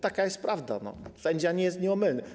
Taka jest prawda, sędzia nie jest nieomylny.